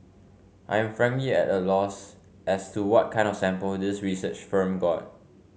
I am frankly at a loss as to what kind of sample this research firm got